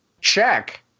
check